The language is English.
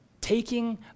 taking